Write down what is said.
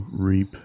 reap